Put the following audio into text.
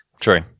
True